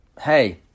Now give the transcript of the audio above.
hey